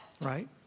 right